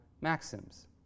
maxims